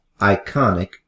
iconic